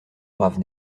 brave